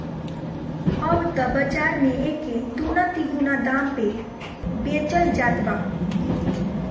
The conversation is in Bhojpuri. अब त बाज़ार में एके दूना तिगुना दाम पे बेचल जात बा